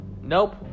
Nope